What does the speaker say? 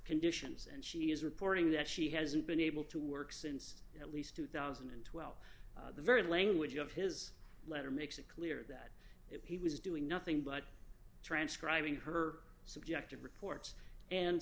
conditions and she is reporting that she hasn't been able to work since at least two thousand and twelve the very language of his letter makes it clear that if he was doing nothing but transcribing her subjective reports